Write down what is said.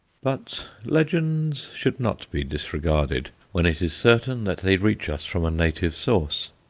but legends should not be disregarded when it is certain that they reach us from a native source.